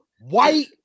white